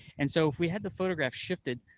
and so if we had the photograph shifted,